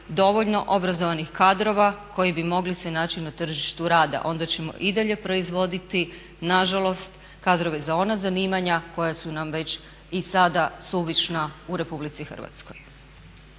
dovoljno obrazovanih kadrova koji bi mogli se naći na tržištu rada, onda ćemo i dalje proizvoditi nažalost kadrove za ona zanimanja koja su nam već i sada suvišna u RH. **Batinić,